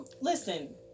Listen